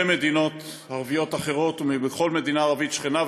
מדינות ערביות אחרות ומבכל מדינה ערבית שכנה,